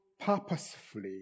purposefully